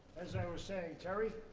as i was saying, terry.